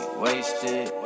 wasted